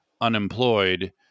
unemployed